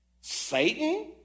Satan